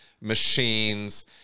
machines